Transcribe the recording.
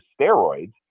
steroids